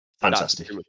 fantastic